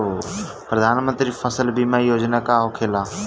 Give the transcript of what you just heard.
प्रधानमंत्री फसल बीमा योजना का होखेला?